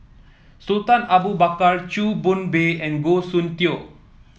Sultan Abu Bakar Chew Boon Bay and Goh Soon Tioe